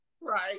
right